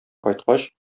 кайткач